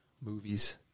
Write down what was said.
movies